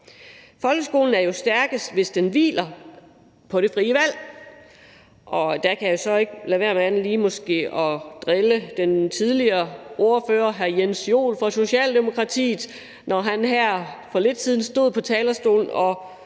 Folkeskolen er jo stærkest, hvis den hviler på det frie valg. Der kan jeg så ikke lade være med andet end lige at drille den tidligere ordfører, hr. Jens Joel fra Socialdemokratiet. Han stod for lidt tid siden på talerstolen og